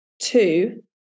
two